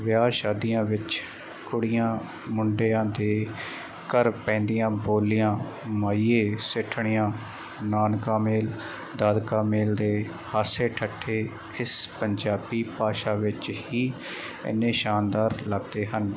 ਵਿਆਹ ਸ਼ਾਦੀਆਂ ਵਿੱਚ ਕੁੜੀਆਂ ਮੁੰਡਿਆਂ ਦੇ ਘਰ ਪੈਂਦੀਆਂ ਬੋਲੀਆਂ ਮਾਹੀਏ ਸਿੱਠਣੀਆਂ ਨਾਨਕਾ ਮੇਲ ਦਾਦਕਾ ਮੇਲ ਦੇ ਹਾਸੇ ਠੱਠੇ ਇਸ ਪੰਜਾਬੀ ਭਾਸ਼ਾ ਵਿੱਚ ਹੀ ਐਨੇ ਸ਼ਾਨਦਾਰ ਲੱਗਦੇ ਹਨ